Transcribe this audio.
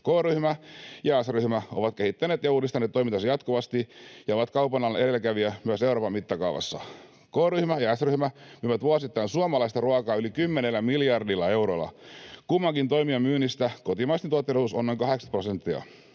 K-ryhmä ja S-ryhmä ovat kehittäneet ja uudistaneet toimintaansa jatkuvasti ja ovat kaupanalan edelläkävijä myös Euroopan mittakaavassa. K-ryhmä ja S-ryhmä myyvät vuosittain suomalaista ruokaa yli 10 miljardilla eurolla. Kummankin toimijan myynnistä kotimaisten tuotteiden osuus on noin 80 prosenttia.